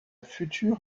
future